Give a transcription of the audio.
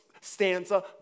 stanza